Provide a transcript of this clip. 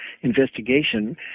investigation